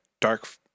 dark